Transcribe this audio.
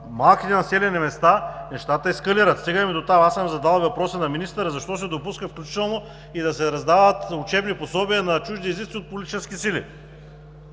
малките населени места нещата ескалират. Аз съм задал и въпрос на министъра: защо се допуска включително да се раздават учебни пособия на чужди езици от политически сили?